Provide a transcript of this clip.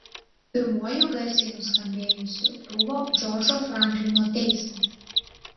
pirmuoju garsiai nuskambėjusiu buvo džordžo franklino teismas